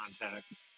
contacts